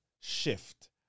shift